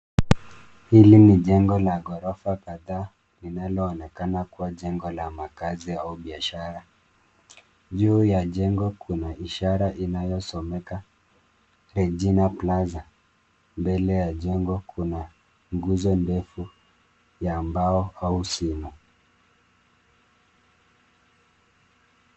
Hili ni jengo la ghorofa kadhaa linaloonekana kuwa jengo la makaazi au biashara. Juu ya jengo kuna ishara inayosomeka, Regina plaza. Mbele ya jengo kuna nguzo ndefu ya mbao au simu.